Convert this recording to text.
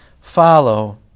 follow